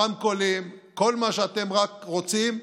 כל מה שאתם רק רוצים.